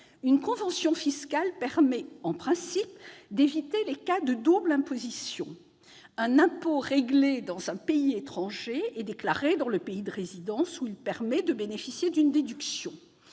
Une convention fiscale permet, en principe, d'éviter les cas de double imposition : un impôt réglé dans un pays étranger est déclaré dans le pays de résidence où il permet de bénéficier d'une déduction.